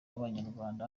banyarwanda